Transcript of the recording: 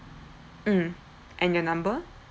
mm and your number